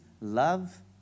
love